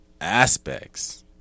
aspects